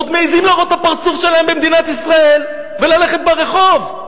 עוד מעזים להראות את הפרצוף שלהם במדינת ישראל וללכת ברחוב,